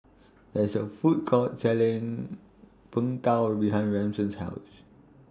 There IS A Food Court Selling Png Tao behind Ramon's House